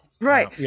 Right